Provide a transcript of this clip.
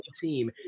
team